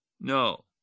No